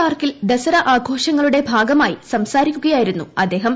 പാർക്കിൽദസറആഘോഷങ്ങളുടെ ഭാഗമായിസംസാരിക്കുകയായിരുന്നുഅദ്ദേഹം